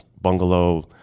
bungalow